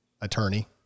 attorney